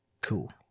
Cool